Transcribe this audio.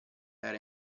era